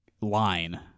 line